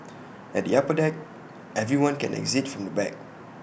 at the upper deck everyone can exit from the back